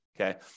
Okay